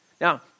Now